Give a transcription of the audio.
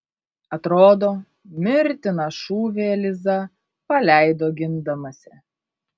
atrodo mirtiną šūvį eliza paleido gindamasi